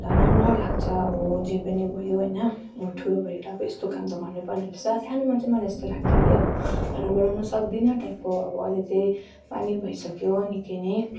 अन्त राम्रो लाग्छ अब जे पनि भयो होइन ठुलो भएर अब यस्तो काम त गर्नै पर्ने रहेछ सानोमा चाहिँ मलाई यस्तो लाग्थ्यो कि अब खाना बनाउन सक्दिनँ टाइपको अब अहिले चाहिँ बानी भइसक्यो निकै नै